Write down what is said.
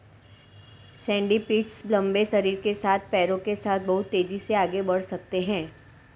centipedes लंबे शरीर के साथ पैरों के साथ बहुत तेज़ी से आगे बढ़ सकते हैं